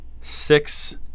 six